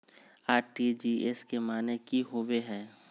RTGS के माने की होबो है?